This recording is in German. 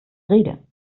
rede